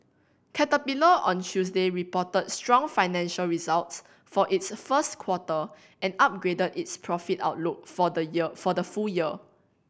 caterpillar on Tuesday reported strong financial results for its first quarter and upgraded its profit outlook for the year for the full year